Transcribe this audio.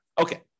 Okay